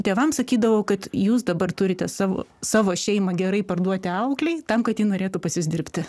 tėvams sakydavau kad jūs dabar turite savo savo šeimą gerai parduoti auklei tam kad ji norėtų pas jus dirbti